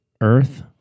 Earth